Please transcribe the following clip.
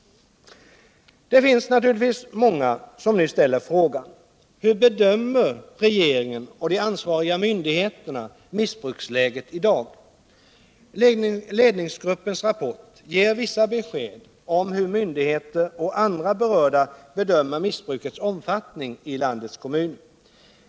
Det finns naturligtvis många som nu ställer frågan: Hur bedömer regeringen och de ansvariga myndigheterna missbruksläget i dag? Ledningsgruppens rapport ger vissa besked om hur myndigheter och andra berörda bedömer missbrukets omfattning i landets kommuner.